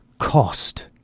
cost.